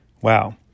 Wow